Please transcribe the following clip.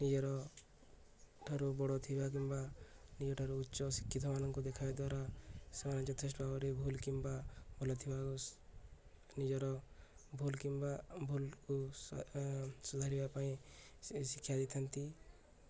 ନିଜରଠାରୁ ବଡ଼ ଥିବା କିମ୍ବା ନିଜଠାରୁ ଉଚ୍ଚ ଶିକ୍ଷିତମାନଙ୍କୁ ଦେଖାଇ ଦ୍ୱାରା ସେମାନେ ଯଥେଷ୍ଟ ଭାବରେ ଭୁଲ୍ କିମ୍ବା ଭଲ ଥିବା ନିଜର ଭୁଲ୍ କିମ୍ବା ଭୁଲ୍କୁ ସ ସୁଧାରିବା ପାଇଁ ସେ ଶିକ୍ଷା ଦେଇଥାନ୍ତି